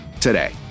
today